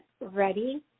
ready